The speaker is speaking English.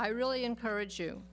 i really encourage you